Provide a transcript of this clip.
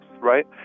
right